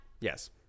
Yes